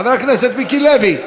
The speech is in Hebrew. חבר הכנסת מיקי לוי,